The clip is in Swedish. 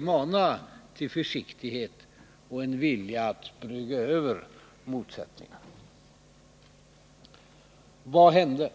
mana till försiktighet och till en vilja att brygga över motsättningarna. Vad hände?